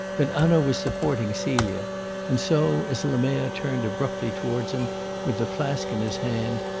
but hanaud was supporting celia and so, as lemerre turned abruptly towards him with the flask in his hand,